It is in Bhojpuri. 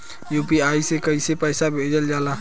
यू.पी.आई से कइसे पैसा भेजल जाला?